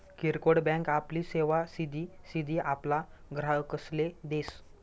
किरकोड बँक आपली सेवा सिधी सिधी आपला ग्राहकसले देस